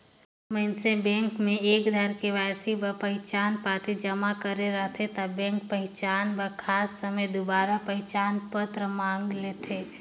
मइनसे बेंक में एक धाएर के.वाई.सी बर पहिचान पाती जमा करे रहथे ता बेंक पहिचान बर खास समें दुबारा पहिचान पत्र मांएग लेथे